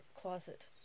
closet